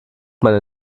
meine